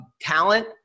talent